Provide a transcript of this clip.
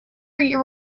your